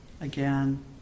again